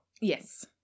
yes